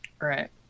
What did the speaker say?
Right